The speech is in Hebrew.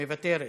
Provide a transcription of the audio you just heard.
מוותרת,